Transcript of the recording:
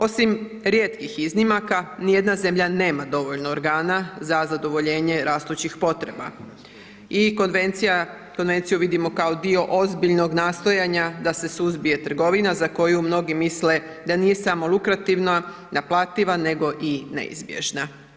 Osim rijetkih iznimaka ni jedna zemlja nema dovoljno organa za zadovoljenje rastućih potreba i Konvenciju vidimo kao dio ozbiljnog nastojanja da se suzbije trgovina za koju mnogi misle da nije samo lukrativna, naplativa nego i neizbježna.